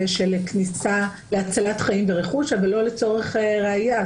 כניסה להצלת חיים ורכוש אבל לא לצורך ראיה.